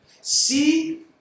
See